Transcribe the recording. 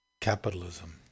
capitalism